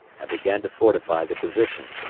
and began to fortify the position.